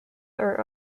are